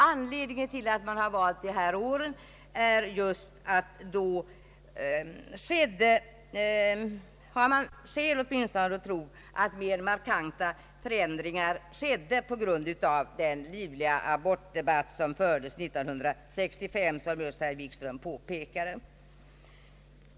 Anledningen till att dessa år valts är att då skedde — det har man åtminstone skäl att tro — tämligen markanta förändringar på grund av den livliga abortdebatt som fördes 1965. Det har just herr Wikström påpekat.